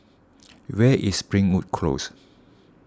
where is Springwood Close